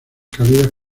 cálidas